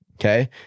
okay